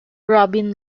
robin